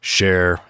Share